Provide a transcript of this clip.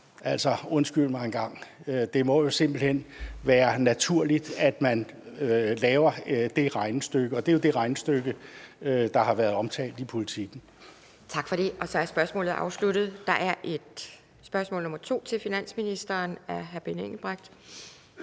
Altså, undskyld mig, det må simpelt hen være naturligt, at man laver det regnestykke, og det er jo det regnestykke, der har været omtalt i Politiken. Kl. 13:10 Formanden (Pia Kjærsgaard): Tak for det. Så er spørgsmålet afsluttet. Der er et spørgsmål nr. 2 til finansministeren af hr. Benny Engelbrecht.